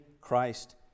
Christ